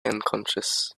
unconscious